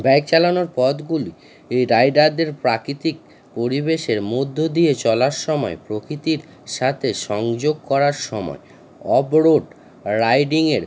bike চালানোর পথগুলি এই রাইডারদের প্রাকৃতিক পরিবেশের মধ্য দিয়ে চলার সময় প্রকৃতির সাথে সংযোগ করার সময় অফ রোড রাইডিংয়ের